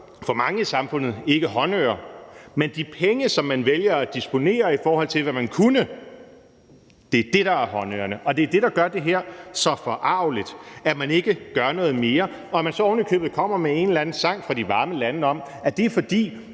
for mange i samfundet ikke håndører. Det, der er håndører, er de penge, som man vælger at disponere, i forhold til hvad man kunne, og det er det, der gør det her så forargeligt – at man ikke gør noget mere, og at man så ovenikøbet kommer med en eller anden sang fra de varme lande om, at det er, fordi